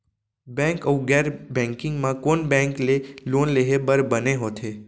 Bank अऊ गैर banking म कोन बैंक ले लोन लेहे बर बने होथे?